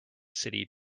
city